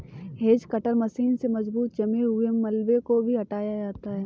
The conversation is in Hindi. हेज कटर मशीन से मजबूत जमे हुए मलबे को भी हटाया जाता है